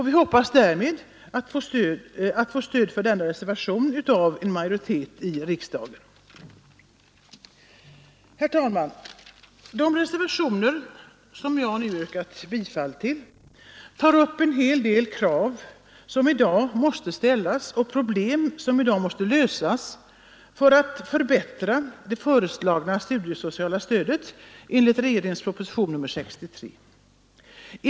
Vi hoppas därmed få stöd för denna reservation av majoriteten i riksdagen. Herr talman! De reservationer jag nu yrkat bifall till tar upp en del av de krav som i dag måste ställas och en del av de problem som måste lösas för att förbättra det föreslagna studiesociala stödet enligt regeringens proposition nr 63.